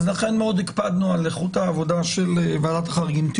לכן הקפדנו על איכות העבודה של ועדת החריגים.